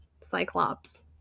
cyclops